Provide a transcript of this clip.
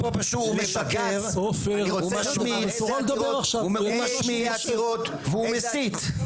הוא פשוט משקר, הוא משמיץ והוא מסית.